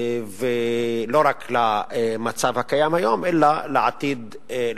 ולא רק למצב הקיים היום אלא לעתיד לבוא.